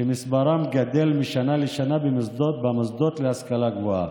שמספרם גדל משנה לשנה במוסדות להשכלה גבוהה.